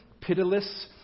pitiless